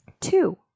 Two